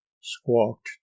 squawked